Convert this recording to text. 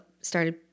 started